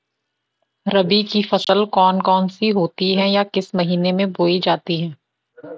रबी की फसल कौन कौन सी होती हैं या किस महीने में बोई जाती हैं?